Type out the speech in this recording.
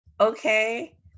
okay